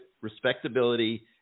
respectability